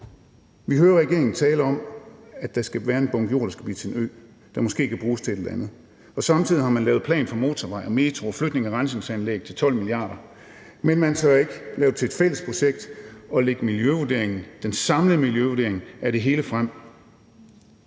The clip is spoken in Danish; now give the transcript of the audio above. Vi hører regeringen tale om, at der skal være en bunke jord, der skal blive til en ø, der måske kan bruges til et eller andet, og samtidig har man lavet en plan for motorvej, metro og flytning af rensningsanlæg til 12 mia. kr. Men man tør ikke lave det til et fælles projekt og lægge den samlede miljøvurdering af det hele frem.